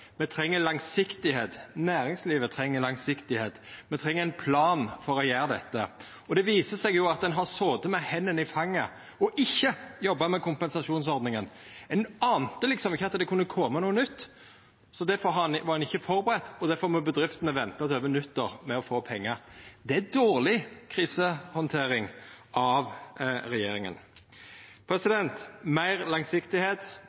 Me treng langsiktigheit, næringslivet treng langsiktigheit. Me treng ein plan for å gjera dette. Det viser seg at ein har sete med hendene i fanget og ikkje jobba med kompensasjonsordninga. Ein ante liksom ikkje at det kunne koma noko nytt, difor var ein ikkje førebudd, og difor må bedriftene venta til over nyttår med å få pengar. Det er dårleg krisehandtering av regjeringa. Meir langsiktigheit